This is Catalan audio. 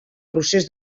procés